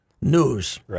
news